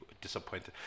disappointed